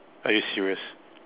are you serious